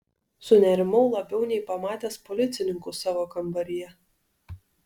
sunerimau labiau nei pamatęs policininkus savo kambaryje